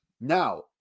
Now